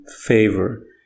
favor